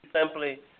simply